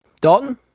Dalton